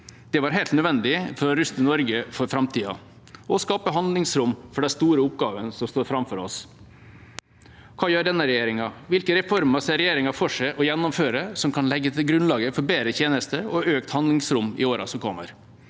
Det var helt nødvendig for å ruste Norge for framtida og skape handlingsrom for de store oppgavene som står framfor oss. Hva gjør denne regjeringa? Hvilke reformer ser regjeringa for seg å gjennomføre som kan legge grunnlaget for bedre tjenester og økt handlingsrom i årene som kommer?